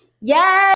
Yes